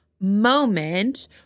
moment